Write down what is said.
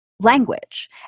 Language